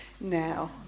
now